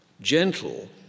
gentle